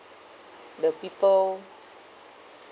the people